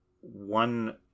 one